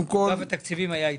אגף התקציבים היה איתי,